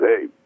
Hey